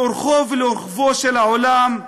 לאורכו ולרוחבו של העולם,